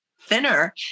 thinner